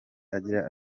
agira